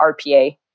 RPA